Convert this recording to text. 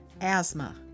asthma